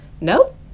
nope